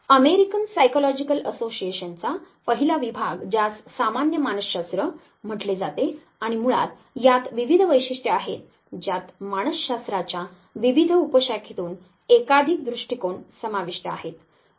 American psychological असोसिएशनचा पहिला विभाग ज्यास सामान्य मानसशास्त्र म्हटले जाते आणि मुळात यात विविध वैशिष्ट्ये आहेत ज्यात मानसशास्त्राच्या विविध उपशाखेतून एकाधिक दृष्टीकोन समाविष्ट आहेत